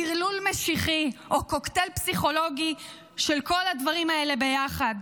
טרלול משיחי או קוקטייל פסיכולוגי של כל הדברים האלה ביחד.